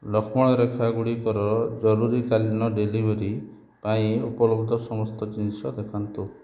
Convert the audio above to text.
ଲକ୍ଷ୍ମଣ ରେଖାଗୁଡ଼ିକର ଜରୁରୀ କାଳୀନ ଡେଲିଭରି ପାଇଁ ଉପଲବ୍ଧ ସମସ୍ତ ଜିନିଷ ଦେଖାନ୍ତୁ